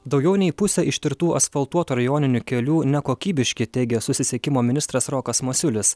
daugiau nei pusė ištirtų asfaltuotų rajoninių kelių nekokybiški teigia susisiekimo ministras rokas masiulis